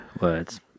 words